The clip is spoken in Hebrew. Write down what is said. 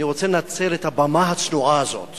אני רוצה לנצל את הבמה הצנועה הזאת